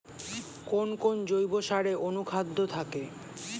কোন কোন জৈব সারে অনুখাদ্য থাকে?